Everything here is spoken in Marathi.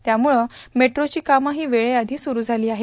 त्यामुळं मेट्रोची कामं ही वेळेआधी सुरू झाली आहेत